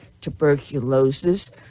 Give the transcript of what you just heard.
tuberculosis